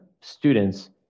students